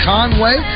Conway